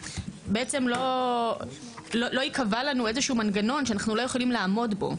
בעצם לא ייקבע לנו איזשהו מנגנון שאנחנו לא יכולים לעמוד בו.